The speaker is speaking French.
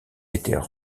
étaient